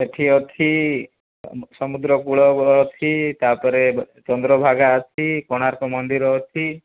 ସେଇଠି ଅଛି ସମୁଦ୍ର କୂଳ ଅଛି ତାପରେ ଚନ୍ଦ୍ରଭାଗା ଅଛି କୋଣାର୍କ ମନ୍ଦିର ଅଛି